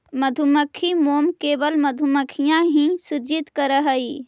मधुमक्खी मोम केवल मधुमक्खियां ही सृजित करअ हई